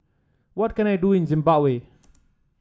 what can I do in Zimbabwe